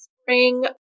spring